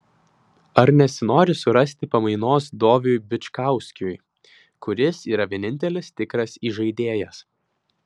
ar nesinori surasti pamainos doviui bičkauskiui kuris yra vienintelis tikras įžaidėjas